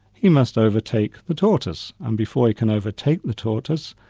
he must overtake the tortoise, and before he can overtake the tortoise,